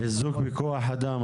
את מתכוונת חיזוק בכוח אדם?